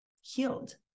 healed